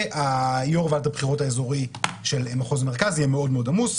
ויו"ר ועדת הבחירות האזורית של מחוז מרכז יהיה מאוד עמוס,